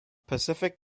pacific